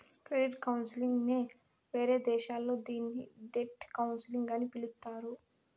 credit counselling నే వేరే దేశాల్లో దీన్ని డెట్ కౌన్సిలింగ్ అని పిలుత్తారు